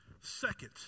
second